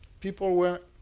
people were